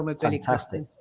Fantastic